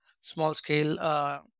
small-scale